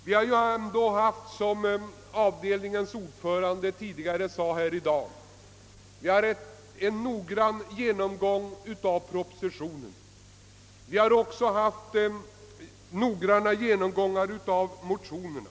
Vi har, såsom avdelningens ordförande tidigare i dag framhållit, gjort en noggrann genomgång av propositionen, och detta har vi även gjort med motionerna.